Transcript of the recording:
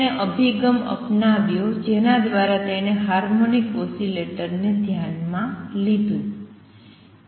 તેણે અભિગમ અપનાવ્યો જેના દ્વારા તેમણે હાર્મોનિક ઓસિલેટરને ધ્યાનમાં લીધું